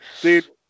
Dude